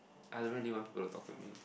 I don't really want people to talk to me